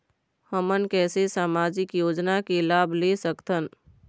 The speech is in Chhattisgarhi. हमन कैसे सामाजिक योजना के लाभ ले सकथन?